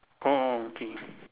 orh orh okay